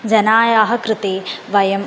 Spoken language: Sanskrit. जनानां कृते वयम्